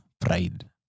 pride